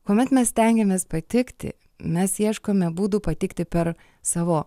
kuomet mes stengiamės patikti mes ieškome būdų pateikti per savo